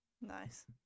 Nice